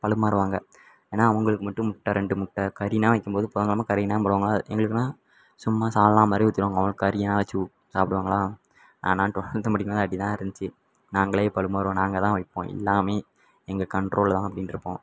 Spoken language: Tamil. பரிமாறுவாங்க ஏன்னால் அவங்களுக்கு மட்டும் முட்டை ரெண்டு முட்டை கறின்னால் வைக்கும்போது புதன் கெழம கறியெல்லாம் போடுவாங்களே எங்களுக்குன்னால் சும்மா சால்ன்னா மாதிரி ஊற்றிடுவாங்க அவங்களுக்கு கறியெல்லாம் வச்சு சாப்பிடுவாங்களா அதனால் ட்வல்த்து படிக்கும்போது அப்படிதான் இருந்துச்சி நாங்களே பரிமாறுவோம் நாங்கள்தான் வைப்போம் எல்லாமே எங்கள் கண்ட்ரோல் தான் அப்டின்ருப்போம்